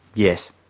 yes.